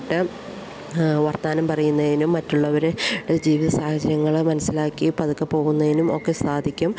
വർത്തമാനം പറയുന്നതിനും മറ്റുള്ളവരെ ടെ ജീവിത സാഹചര്യങ്ങള് മനസ്സിലാക്കി പതുക്കെ പോകുന്നതിനും ഒക്കെ സാധിക്കും